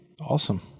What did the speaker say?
Awesome